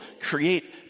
create